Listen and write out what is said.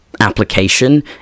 application